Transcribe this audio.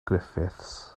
griffiths